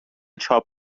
چاپ